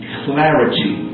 clarity